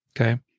okay